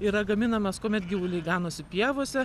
yra gaminamas kuomet gyvuliai ganosi pievose